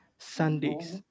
sundays